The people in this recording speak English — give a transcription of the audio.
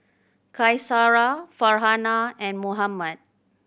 Qaisara Farhanah and Muhammad